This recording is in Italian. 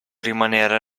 rimanere